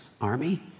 army